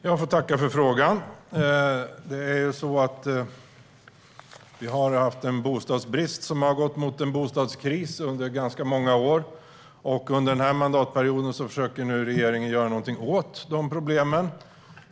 Herr talman! Jag får tacka för frågan. Vi har under ganska många år haft en bostadsbrist som har gått mot en bostadskris. Under den här mandatperioden försöker regeringen göra någonting åt de problemen.